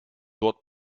dort